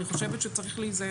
אני חושבת שצריך להיזהר מזה.